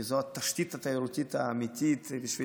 כי זאת התשתית התיירותית האמיתית בשביל